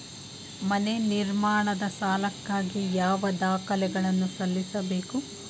ಮನೆ ನಿರ್ಮಾಣದ ಸಾಲಕ್ಕಾಗಿ ಯಾವ ದಾಖಲೆಗಳನ್ನು ಸಲ್ಲಿಸಬೇಕು?